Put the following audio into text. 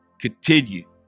continue